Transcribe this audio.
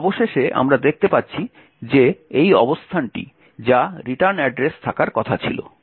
এবং অবশেষে আমরা দেখতে পাচ্ছি যে এই অবস্থানটি যা রিটার্ন অ্যাড্রেস থাকার কথা ছিল